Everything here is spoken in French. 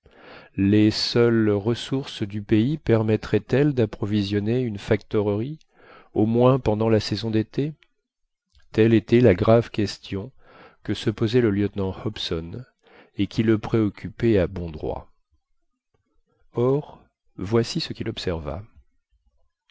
les seules ressources du pays permettraientelles d'approvisionner une factorerie au moins pendant la saison d'été telle était la grave question que se posait le lieutenant hobson et qui le préoccupait à bon droit or voici ce qu'il observa